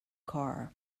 car